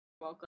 welcome